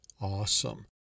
awesome